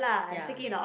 ya